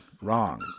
wrong